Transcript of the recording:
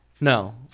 No